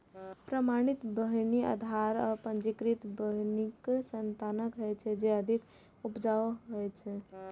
प्रमाणित बीहनि आधार आ पंजीकृत बीहनिक संतान होइ छै, जे अधिक उपजाऊ होइ छै